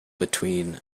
between